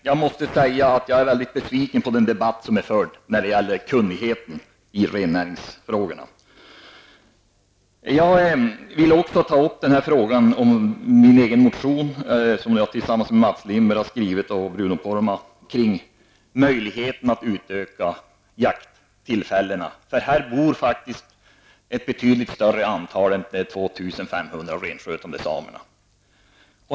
Jag måste säga att jag är besviken på kunnigheten i rennäringsfrågorna i den debatt som här har förts. Jag vill också ta upp den motion som jag har skrivit tillsammans med Mats Lindberg och Bruno Poromaa om möjligheterna att utöka jakttillfällena. Här bor faktiskt ett betydligt större antal människor än de 2 500 renskötande samerna.